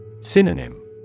Synonym